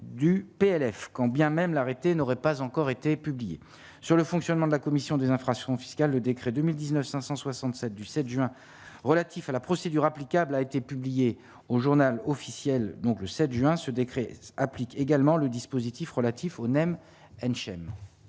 du PLF, quand bien même l'arrêté n'aurait pas encore été publié sur le fonctionnement de la commission des infractions fiscales, le décret 2000 19567 du 7 juin relatifs à la procédure applicable, a été publiée au Journal officiel, donc le 7 juin ce décret s'applique également le dispositif relatif Onem